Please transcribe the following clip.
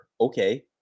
okay